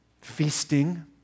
feasting